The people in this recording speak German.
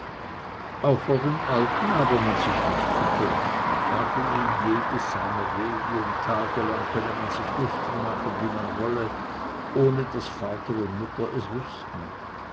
auch vor den alten habe man sich nicht zu fürchten da gehe jedes seiner wege und tage lang könne man sich lustig machen wie man wolle ohne daß vater und mutter es wüßten